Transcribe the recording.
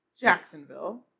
Jacksonville